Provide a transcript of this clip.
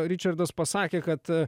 ričardas pasakė kad